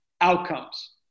outcomes